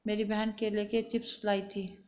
मेरी बहन केले के चिप्स लाई थी